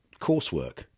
coursework